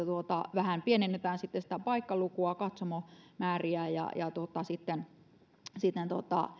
vähän pienennetään sitä paikkalukua katsomomäärää sitten